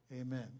amen